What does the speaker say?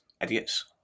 idiots